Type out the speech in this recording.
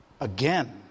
again